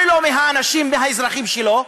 אוי לו מהאנשים והאזרחים שלו,